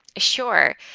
sure.